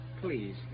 Please